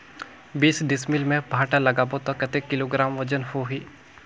बीस डिसमिल मे भांटा लगाबो ता कतेक किलोग्राम वजन होही?